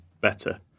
better